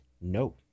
No